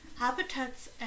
Habitats